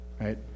right